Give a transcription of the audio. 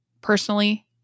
personally